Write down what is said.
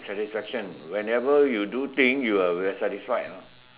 satisfaction whenever you do things you will satisfied ah